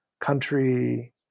country